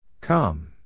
Come